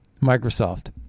Microsoft